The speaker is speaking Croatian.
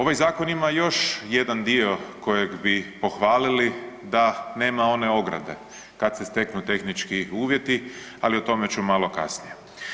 Ovaj zakon ima još jedan dio kojeg bi pohvaliti da nema one ograde kad se steknu tehnički uvjeti, ali o tome ću malo kasnije.